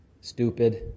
Stupid